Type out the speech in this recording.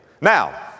Now